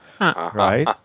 right